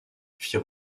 fit